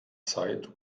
zeit